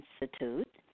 Institute